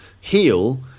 heal